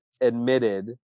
admitted